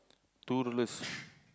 two dollars